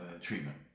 treatment